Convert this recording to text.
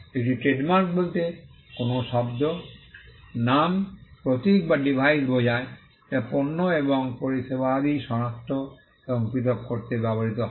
একটি ট্রেডমার্ক বলতে কোনও শব্দ নাম প্রতীক বা ডিভাইস বোঝায় যা পণ্য এবং পরিষেবাদি সনাক্ত এবং পৃথক করতে ব্যবহৃত হয়